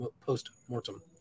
post-mortem